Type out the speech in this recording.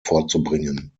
vorzubringen